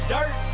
Dirt